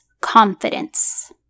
Confidence